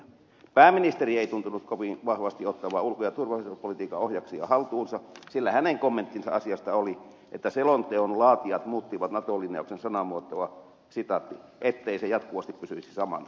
pääministeri ei tuntunut kovin vahvasti ottavan ulko ja turvallisuuspolitiikan ohjaksia haltuunsa sillä hänen kommenttinsa asiasta oli että selonteon laatijat muuttivat nato linjauksen sanamuotoa ettei se jatkuvasti pysyisi samana